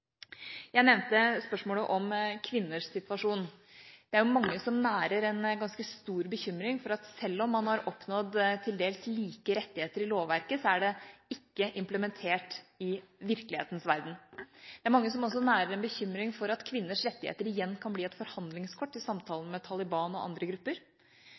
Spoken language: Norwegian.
Jeg nevnte spørsmålet om kvinners situasjon. Det er jo mange som nærer en ganske stor bekymring for – selv om man har oppnådd til dels like rettigheter i lovverket – at det ikke er implementert i virkelighetens verden. Det er også mange som nærer en bekymring for at kvinners rettigheter igjen kan bli et forhandlingskort i samtaler med Taliban og andre grupper.